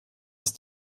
ist